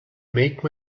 make